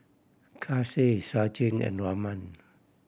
Kailash Sachin and Raman